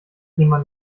jemand